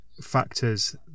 factors